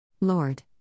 Lord